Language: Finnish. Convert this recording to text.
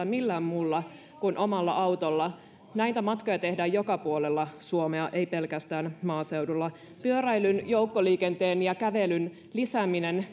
millään muulla kuin omalla autolla näitä matkoja tehdään joka puolella suomea ei pelkästään maaseudulla pyöräilyn joukkoliikenteen ja kävelyn lisääminen